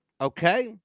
Okay